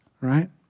right